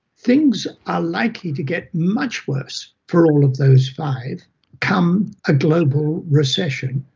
things are likely to get much worse for all of those five come a global recession,